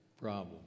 problem